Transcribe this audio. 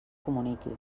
comuniqui